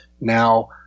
Now